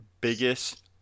biggest